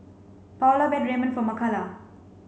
Paola Ramen for Makala